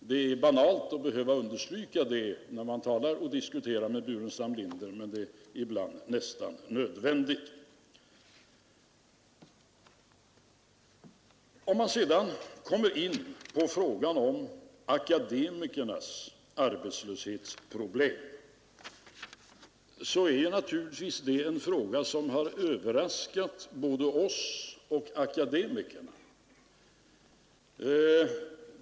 Det är banalt att behöva understryka det när man diskuterat med herr Burenstam Linder, men det är ibland nästan nödvändigt. När det gäller frågan om akademikernas arbetslöshetsproblem är det naturligtvis en fråga som har överraskat både oss och akademikerna.